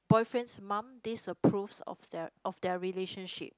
boyfriend's mum disapproves of their of their relationship